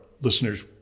listeners